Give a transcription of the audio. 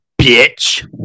bitch